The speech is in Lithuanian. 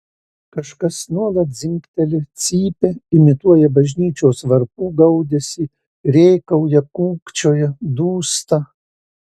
kažkas nuolat dzingteli cypia imituoja bažnyčios varpų gaudesį rėkauja kūkčioja dūsta